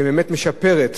שבאמת משפרות